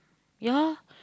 ya